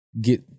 get